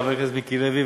לחבר הכנסת מיקי לוי,